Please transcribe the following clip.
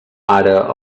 ara